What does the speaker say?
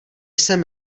jsem